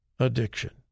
Addiction